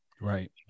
Right